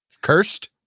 Cursed